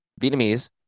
Vietnamese